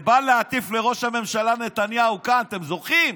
ובא להטיף לראש הממשלה נתניהו כאן, אתם זוכרים?